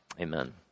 Amen